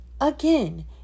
again